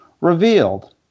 revealed